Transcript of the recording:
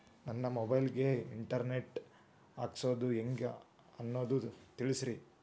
ನನ್ನ ಮೊಬೈಲ್ ಗೆ internet ಹಾಕ್ಸೋದು ಹೆಂಗ್ ಅನ್ನೋದು ತಿಳಸ್ರಿ